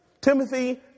Timothy